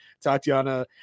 Tatiana